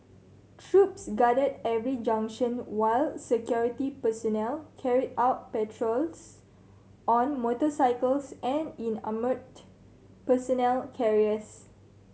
troops guarded every junction while security personnel carried out patrols on motorcycles and in armoured personnel carriers